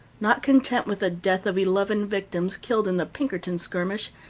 not content with the death of eleven victims, killed in the pinkerton skirmish,